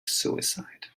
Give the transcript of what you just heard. suicide